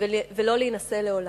ולא להינשא לעולם.